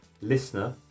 listener